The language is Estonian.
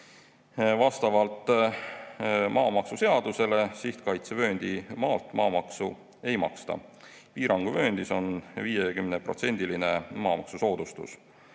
Vastavalt maamaksuseadusele sihtkaitsevööndi maalt maamaksu ei maksta. Piiranguvööndis on 50%‑line maamaksusoodustus.